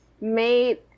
made